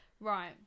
right